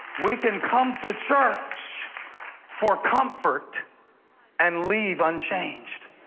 we can come to church for comfort and leave unchanged.